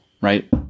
right